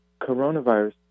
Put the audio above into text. coronavirus